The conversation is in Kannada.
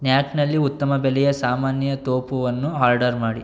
ನ್ಯಾಕ್ನಲ್ಲಿ ಉತ್ತಮ ಬೆಲೆಯ ಸಾಮಾನ್ಯ ತೋಪುವನ್ನು ಆರ್ಡರ್ ಮಾಡಿ